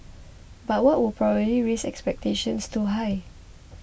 but that would probably raise expectations too high